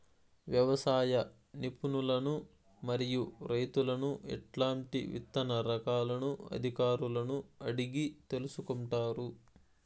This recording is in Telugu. వ్యవసాయ నిపుణులను మరియు రైతులను ఎట్లాంటి విత్తన రకాలను అధికారులను అడిగి తెలుసుకొంటారు?